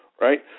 right